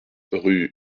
rue